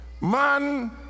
Man